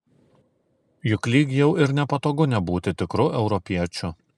juk lyg jau ir nepatogu nebūti tikru europiečiu